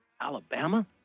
Alabama